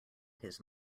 his